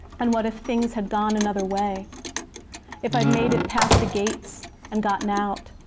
and what if things had gone another way if i'd made it past the gates and gotten out,